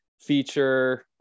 feature